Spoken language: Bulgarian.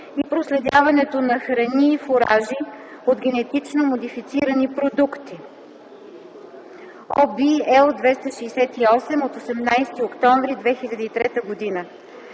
и проследяването на храни и фуражи от генетично модифицирани продукти (ОВ, L 268 от 18 октомври 2003 г.).